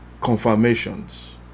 confirmations